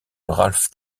ralph